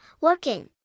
Working